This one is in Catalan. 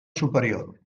superior